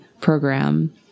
program